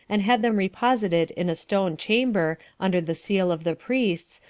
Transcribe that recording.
and had them reposited in a stone-chamber, under the seal of the priests,